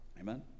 Amen